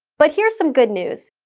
but here's some good news.